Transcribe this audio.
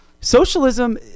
socialism